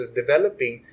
developing